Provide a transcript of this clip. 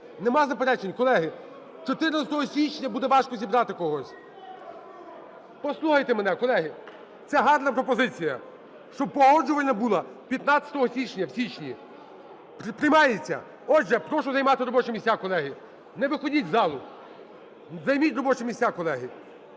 Нема заперечень, колеги? 14 січня буде важко зібрати когось. Послухайте мене, колеги! Це гарна пропозиція, щоб Погоджувальна була 15 січня в січні. Приймається? Отже, прошу займати робочі місця, колеги. Не виходьте із залу, займіть робочі місця, колеги.